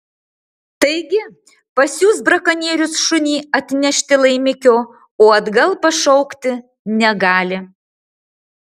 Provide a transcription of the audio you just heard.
taigi pasiųs brakonierius šunį atnešti laimikio o atgal pašaukti negali